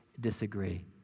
disagree